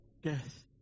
Death